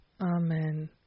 Amen